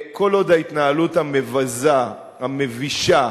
כל עוד ההתנהלות המבזה, המבישה,